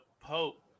Pope